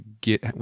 get